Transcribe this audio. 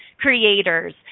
creators